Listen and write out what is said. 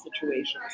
situations